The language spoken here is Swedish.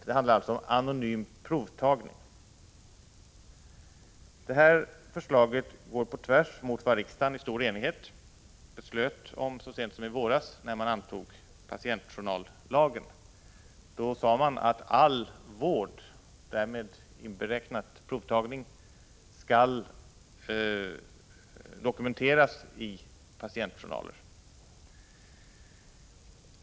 Detta förslag går tvärtemot vad riksdagen i stor enighet fattade beslut om så sent som i våras, när man antog patientjournalslagen. Då sade man att all vård, därmed inberäknat provtagning, skall dokumenteras i patientjournal.